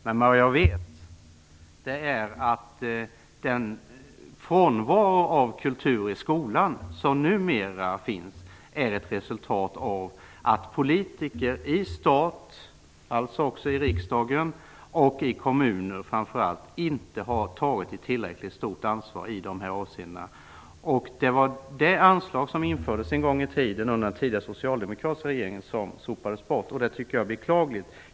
Men jag vet att frånvaron av kultur i skolan numera är resultatet av att politiker i stat, dvs. också riksdagen, och framför allt i kommuner inte har tagit ett tillräckligt stort ansvar i dessa avseenden. Det var ett anslag som infördes en gång i tiden, under en socialdemokratisk regering, som sopades bort, och det var beklagligt.